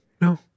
No